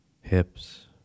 hips